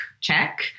check